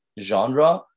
genre